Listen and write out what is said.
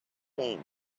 king